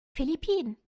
philippinen